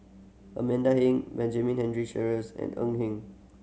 Amanda Heng Benjamin Sheares and Eng Hen